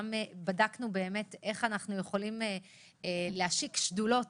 גם בדקנו איך אנחנו יכולים להשיק שדולות